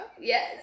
yes